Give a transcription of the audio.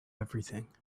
everything